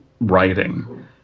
writing